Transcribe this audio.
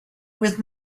with